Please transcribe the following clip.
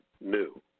New